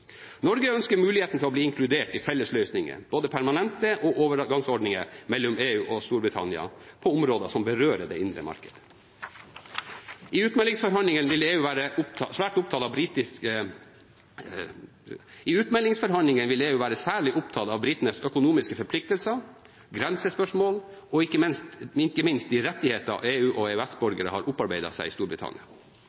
Norge ønsker muligheten til å bli inkludert i felles løsninger, både permanente og overgangsordninger, mellom EU og Storbritannia på områder som berører det indre marked. I utmeldingsforhandlingene vil EU være særlig opptatt av britenes økonomiske forpliktelser, grensespørsmål og ikke minst de rettigheter EU-/EØS-borgere har opparbeidet seg i Storbritannia. For Norge står det siste spørsmålet sentralt, for det vil også få betydning for EFTA-/EØS-borgere bosatt i Storbritannia, og